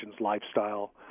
lifestyle